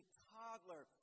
toddler